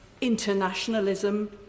internationalism